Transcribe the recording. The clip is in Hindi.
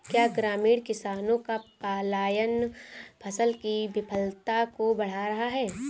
क्या ग्रामीण किसानों का पलायन फसल की विफलता को बढ़ा रहा है?